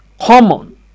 common